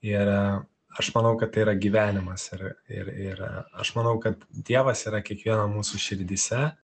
ir aš manau kad tai yra gyvenimas ir ir aš manau kad dievas yra kiekvieno mūsų širdyse